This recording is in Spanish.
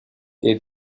que